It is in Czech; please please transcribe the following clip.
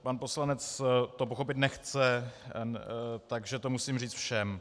Pan poslanec to pochopit nechce, takže to musím říct všem.